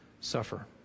suffer